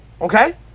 Okay